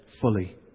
fully